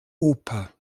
oper